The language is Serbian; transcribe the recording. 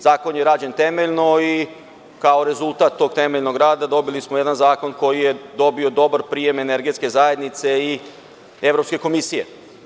Zakon je rađen temeljno i kao rezultat tog temeljnog rada dobili smo jedan zakon koji je dobio dobar prijem Energetske zajednice i Evropske komisije.